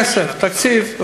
כסף, תקציב.